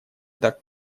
так